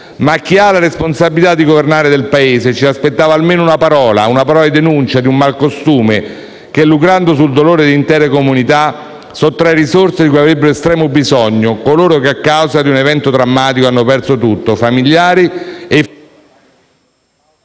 da chi ha la responsabilità di governare il Paese ci aspettavamo almeno una parola di denuncia di un malcostume che, lucrando sul dolore di intere comunità, sottrae risorse di cui avrebbero estremo bisogno coloro che, a causa di un evento drammatico, hanno perso tutto: i familiari